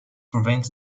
prevents